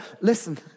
Listen